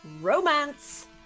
Romance